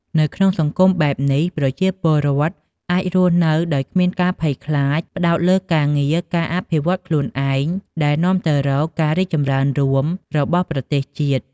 នៅក្នុងសង្គមបែបនេះ ប្រជាពលរដ្ឋអាចរស់នៅដោយគ្មានការភ័យខ្លាច ផ្តោតលើការងារ និងការអភិវឌ្ឍន៍ខ្លួនឯង ដែលនាំទៅរកការរីកចម្រើនរួមរបស់ប្រទេសជាតិ។